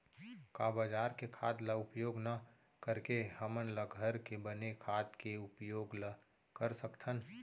का बजार के खाद ला उपयोग न करके हमन ल घर के बने खाद के उपयोग ल कर सकथन?